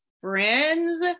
friends